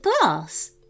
glass